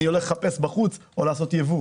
אני הולך לחפש בחוץ או לעשות ייבוא,